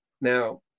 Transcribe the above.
Now